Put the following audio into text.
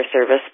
service